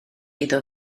iddo